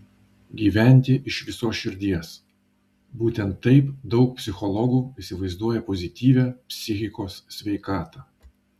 gyventi iš visos širdies būtent taip daug psichologų įsivaizduoja pozityvią psichikos sveikatą